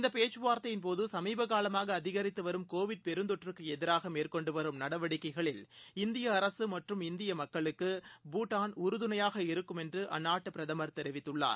இந்தபேச்கவார்த்தையின் போது சமீபகாலமாக அதிகரித்துவரும் கோவிட் பெருந்தொற்றுக்குஎதிராக மேற்கொண்டுவரும் நடவடிக்கைகளில் இந்தியஅரசுமற்றும் இந்தியமக்களுக்கு பூடான் உறுதணையாக இருக்கும் என்றுஅந்நாட்டுபிரதமர் தெரிவித்துள்ளார்